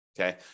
Okay